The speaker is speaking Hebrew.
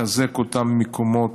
לחזק את אותם מקומות